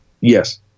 yes